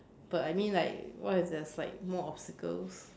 but I mean like what if there's like more obstacles